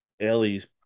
Ellie's